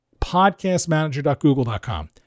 podcastmanager.google.com